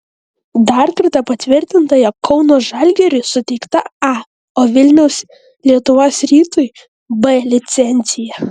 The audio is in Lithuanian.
dar kartą patvirtinta jog kauno žalgiriui suteikta a o vilniaus lietuvos rytui b licencija